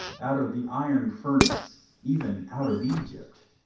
out of the iron furnace, even out of egypt,